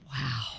Wow